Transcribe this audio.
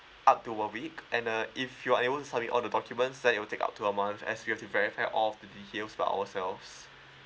up to a week and uh if you are able to submit all the documents then it will take up to a month as we have to verify all of the details by ourselves